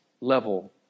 level